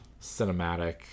cinematic